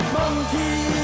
monkey